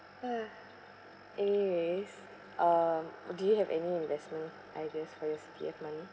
uh anyways um do you have any investment ideas for your C_P_F money